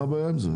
מה הבעיה עם זה?